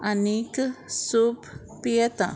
आनीक सूप पियेता